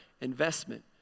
investment